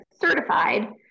certified